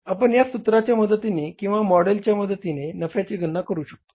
आपण या सूत्राच्या मदतीने किंवा या मॉडेलच्या मदतीने नफ्याची गणना करू शकतो